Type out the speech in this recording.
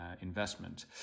investment